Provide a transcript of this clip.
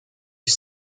ich